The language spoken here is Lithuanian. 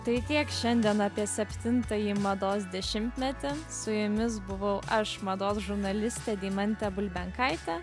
tai tiek šiandien apie septintąjį mados dešimtmetį su jumis buvau aš mados žurnalistė deimantė bulbenkaitė